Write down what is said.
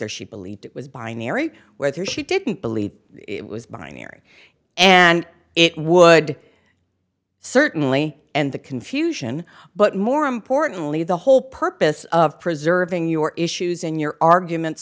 r she believed it was binary whether she didn't believe it was binary and it would certainly and the confusion but more importantly the whole purpose of preserving your issues in your arguments